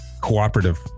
cooperative